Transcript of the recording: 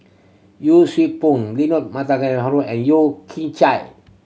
Yee Siew Pun Leonard Montague Harrod and Yeo Kian Chai